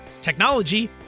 technology